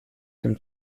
dem